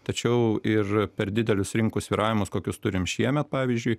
tačiau ir per didelius rinkų svyravimus kokius turime šiemet pavyzdžiui